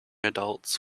adults